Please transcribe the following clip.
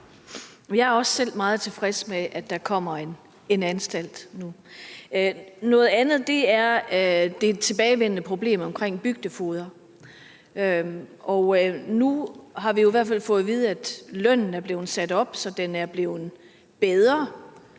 Jeg er også selv meget tilfreds med, at der kommer en anstalt. Noget andet er det tilbagevendende problem omkring bygdefogeder. Nu har vi i hvert fald fået at vide, at lønnen er blevet sat op, så den er blevet bedre,